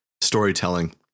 storytelling